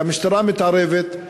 והמשטרה מתערבת.